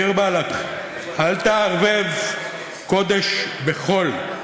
דיר באלכ, אל תערבב קודש בחול.